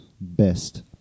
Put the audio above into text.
Best